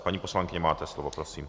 Paní poslankyně, máte slovo, prosím.